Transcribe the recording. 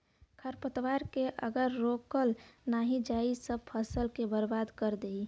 खरपतवार के अगर रोकल नाही जाई सब फसल के बर्बाद कर देई